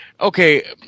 Okay